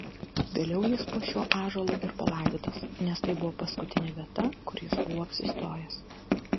vėliau jis po šiuo ąžuolų ir palaidotas nes tai buvo paskutinė vieta kur jis buvo apsistojęs